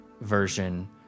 version